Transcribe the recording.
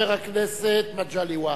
חבר הכנסת מגלי והבה.